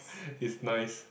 it's nice